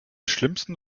schlimmsten